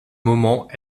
moment